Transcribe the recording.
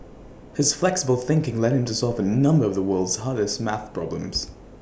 his flexible thinking led him to solve A number of the world's hardest math problems